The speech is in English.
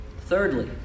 Thirdly